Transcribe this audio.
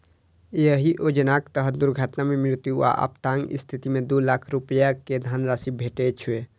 एहि योजनाक तहत दुर्घटना मे मृत्यु आ अपंगताक स्थिति मे दू लाख रुपैया के धनराशि भेटै छै